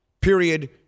period